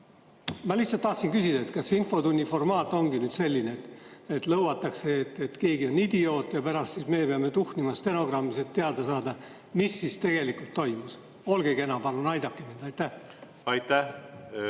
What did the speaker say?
Ma lihtsalt tahtsin küsida, kas infotunni formaat ongi selline, et lõuatakse, et keegi on idioot, ja pärast siis me peame tuhnima stenogrammis, et teada saada, mis siis tegelikult toimus. Olge kena, palun aidake mind! Aitäh,